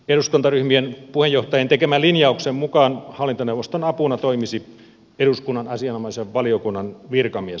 eduskuntaryhmien puheenjohtajien tekemän linjauksen mukaan hallintoneuvoston apuna toimisi eduskunnan asianomaisen valiokunnan virkamies